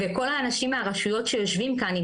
וכל האנשים מהרשויות שיושבים כאן,